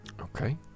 Okay